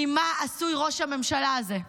ממה עשוי ראש הממשלה הזה?